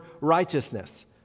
righteousness